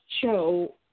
show